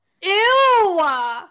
Ew